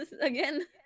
again